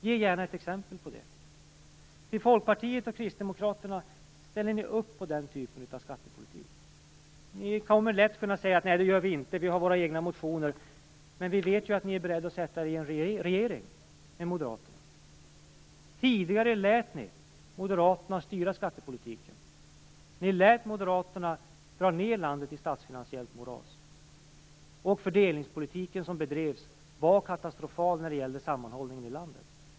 Ge gärna ett exempel på det! Till Folkpartiet och Kristdemokraterna vill jag säga: Ställer ni upp på den typen av skattepolitik? Ni kommer lätt att kunna säga: Nej, det gör vi inte. Vi har våra egna motioner. Men vi vet ju att ni är beredda att sätta er i en regering med Moderaterna. Tidigare lät ni Moderaterna styra skattepolitiken. Ni lät Moderaterna dra ned landet i ett statsfinansiellt moras. Den fördelningspolitik som bedrevs var katastrofal när det gällde sammanhållningen i landet.